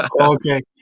Okay